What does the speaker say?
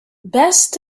best